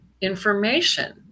information